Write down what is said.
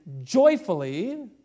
joyfully